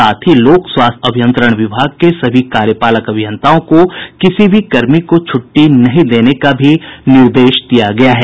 साथ ही लोक स्वास्थ्य अभियंत्रण विभाग के सभी कार्यपालक अभियंताओं को किसी भी कर्मी को छुट्टी नहीं देने का भी निर्देश दिया गया है